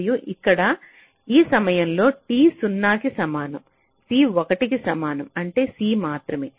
మరియు ఇక్కడ ఆ సమయంలో t 0 కి సమానం c 1 కి సమానం అంటే c మాత్రమే